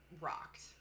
rocked